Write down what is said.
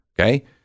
Okay